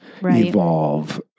evolve